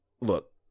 look